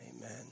amen